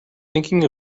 thinking